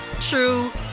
true